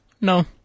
No